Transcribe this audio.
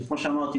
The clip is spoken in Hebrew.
וכמו שאמרתי,